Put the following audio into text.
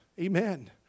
Amen